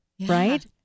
right